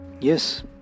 Yes